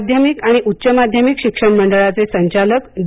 माध्यमिक आणि उच्च माध्यमिक शिक्षण मंडळाचे संचालक द